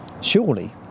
Surely